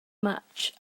much